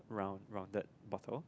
round rounded bottle